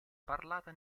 parlata